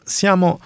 siamo